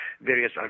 various